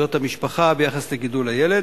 זכויות המשפחה ביחס לגידול הילד.